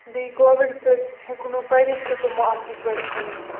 بیٚیہِ کووِڑ سۭتۍ ہیٚوکُکھ نہٕ پٔرتھ تہِ تِمو اصل پٲٹھۍ کِہیٚنۍ